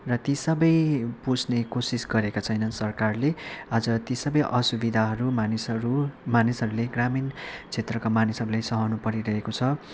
र ती सबै बुझ्ने कोसिस गरेका छैनन् सरकारले आज ती सबै असुविधाहरू मानिसहरू मानिसहरूले ग्रामिण क्षेत्रका मानिसहरूले सहनु परिरहेको छ